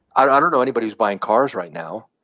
i don't know anybody who's buying cars right now,